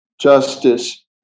justice